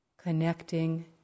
Connecting